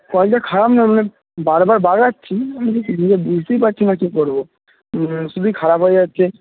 কলটা খারাপ না মানে বারবার বারবার ঠিক আমি কিছু তো বুঝতেই পারছি না কী করবো শুধুই খারাপ হয়ে যাচ্ছে